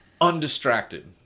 undistracted